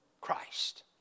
Christ